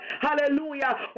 Hallelujah